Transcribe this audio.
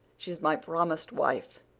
she's my promised wife,